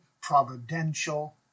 providential